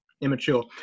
immature